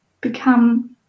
become